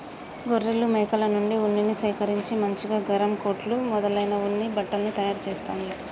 గొర్రెలు మేకల నుండి ఉన్నిని సేకరించి మంచిగా గరం కోట్లు మొదలైన ఉన్ని బట్టల్ని తయారు చెస్తాండ్లు